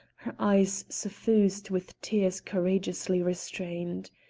her eyes suffused with tears courageously restrained.